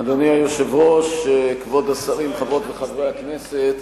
אדוני היושב-ראש, כבוד השרים, חברות וחברי הכנסת,